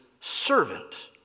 servant